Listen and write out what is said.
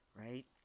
right